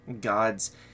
God's